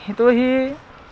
यतोहि